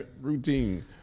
routine